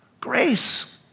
Grace